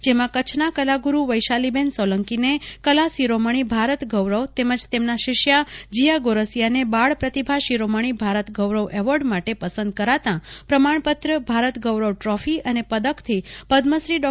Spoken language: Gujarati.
જેમાં કચ્છના કલાગુરુ વેશાલીબેન સોલંકીને હ્વકલા શિરોમણિ ભારત ગૌરવ અને તેમના શિષ્યા જિયા ગોરસિયા હ્વબાળ પ્રતિભા શિરોમણિ ભારત ગૌરવ એવોર્ડ માટે પસંદ કરાતા પ્રમાણપત્ર ભારત ગૌરવ ટ્રોફી અને પદકથી પદ્મશ્રી ડો